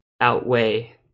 outweigh